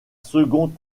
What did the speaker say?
second